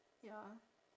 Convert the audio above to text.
ya